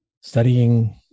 studying